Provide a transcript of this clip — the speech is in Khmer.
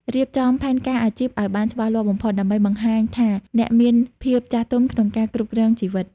រៀបចំផែនការអាជីពឱ្យបានច្បាស់លាស់បំផុត ដើម្បីបង្ហាញថាអ្នកមានភាពចាស់ទុំក្នុងការគ្រប់គ្រងជីវិត។